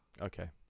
okay